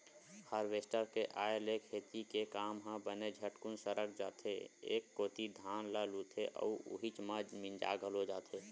harvester के आय ले खेती के काम ह बने झटकुन सरक जाथे एक कोती धान ल लुथे अउ उहीच म मिंजा घलो जथे